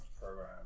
program